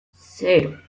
cero